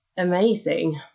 amazing